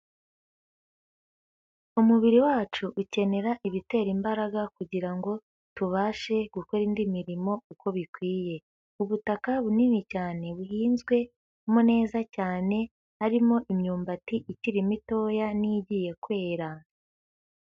Umubiri wacu ukenera ibitera imbaraga, kugira ngo tubashe gukora indi mirimo uko bikwiye. Ubutaka bunini cyane buhinzwemo neza cyane, harimo imyumbati ikiri mitoya n'igiye kwera.